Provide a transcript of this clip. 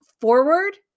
forward